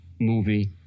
movie